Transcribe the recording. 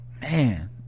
man